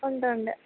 ഉണ്ട് ഉണ്ട്